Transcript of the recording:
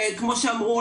כמו שאמרו,